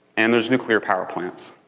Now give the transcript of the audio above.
and there's nuclear power plants.